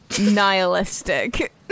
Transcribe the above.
nihilistic